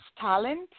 talent